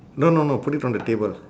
no no no put it on the table